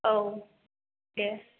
औ दे